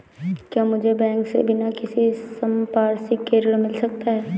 क्या मुझे बैंक से बिना किसी संपार्श्विक के ऋण मिल सकता है?